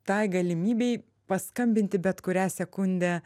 tai galimybei paskambinti bet kurią sekundę